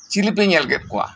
ᱪᱮᱹᱞᱮᱹᱯᱮ ᱧᱮᱞ ᱠᱮᱫ ᱠᱚᱣᱟ